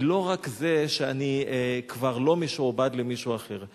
היא לא רק זה שאני כבר לא משועבד למישהו אחר.